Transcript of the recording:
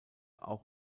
auch